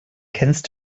kennst